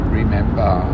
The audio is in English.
remember